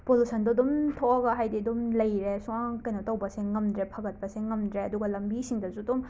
ꯄꯣꯂꯨꯁꯟꯗꯣ ꯑꯗꯨꯝ ꯊꯣꯛꯑꯒ ꯍꯥꯏꯗꯤ ꯑꯗꯨꯝ ꯂꯩꯔꯦ ꯁꯨꯛꯉꯝ ꯀꯩꯅꯣ ꯇꯧꯕꯁꯦ ꯉꯝꯗ꯭ꯔꯦ ꯐꯒꯠꯄꯁꯦ ꯉꯝꯗ꯭ꯔꯦ ꯑꯗꯨꯒ ꯂꯝꯕꯤꯁꯤꯡꯗꯁꯨ ꯑꯗꯨꯝ